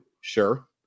Sure